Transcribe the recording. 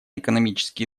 экономические